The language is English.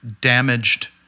damaged